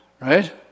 Right